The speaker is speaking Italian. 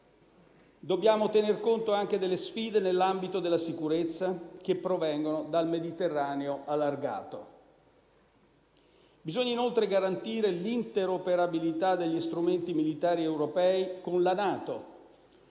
Dobbiamo tener conto anche delle sfide nell'ambito della sicurezza, che provengono dal Mediterraneo allargato. Bisogna inoltre garantire l'interoperabilità degli strumenti militari europei con la NATO.